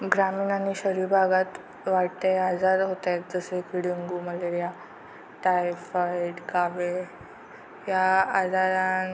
ग्रामीण आणि शहरी भागात वाटते आजार होत आहेत जसे की डेंगू मलेरिया टायफॉईड कावीळ या आजारां